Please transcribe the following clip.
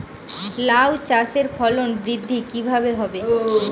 লাউ চাষের ফলন বৃদ্ধি কিভাবে হবে?